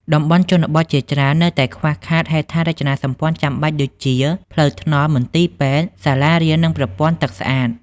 តំបន់ជនបទជាច្រើននៅតែខ្វះខាតហេដ្ឋារចនាសម្ព័ន្ធចាំបាច់ដូចជា ផ្លូវថ្នល់ មន្ទីរពេទ្យ សាលារៀន និងប្រព័ន្ធទឹកស្អាត។